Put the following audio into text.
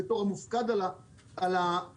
בתור המופקד על הפקודה.